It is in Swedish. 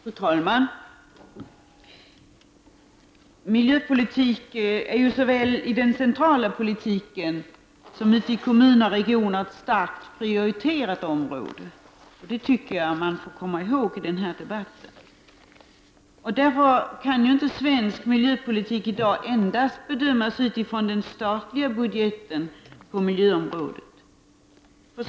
Fru talman! Miljöpolitik är ju såväl i den centrala politiken som ute i kommuner och regioner ett starkt prioriterat område. Det tycker jag att man måste komma ihåg i den här debatten. Därför kan ju inte svensk miljöpolitik i dag bedömas endast utifrån den statliga budgeten på miljöområdet.